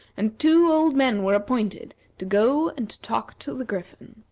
and two old men were appointed to go and talk to the griffin.